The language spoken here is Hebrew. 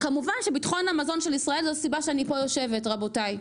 כמובן שביטחון המזון של ישראל זו הסיבה שאני פה יושבת רבותיי,